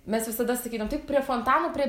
mes visada sakydavom tai eik prie fontano prie